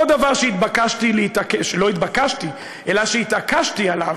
עוד דבר שהתבקשתי, שלא התבקשתי, אבל התעקשתי עליו,